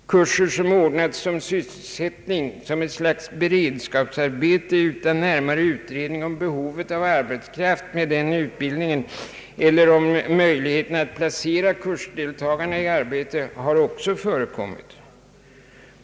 Kurser ordnade som «sysselsättning, som ett slags beredskapsarbete, utan närmare utredning om behovet av arbetskraft med den utbildningen eller om möjligheterna att placera kursdeltagarna i arbete, har också förekommit.